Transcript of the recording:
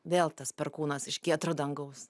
vėl tas perkūnas iš giedro dangaus